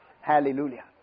Hallelujah